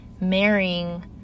marrying